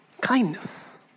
kindness